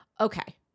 okay